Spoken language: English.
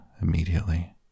immediately